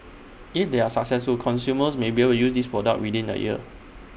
is they are successful consumers may be able use this product within A year